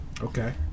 okay